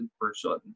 person